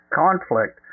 conflict